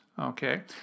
Okay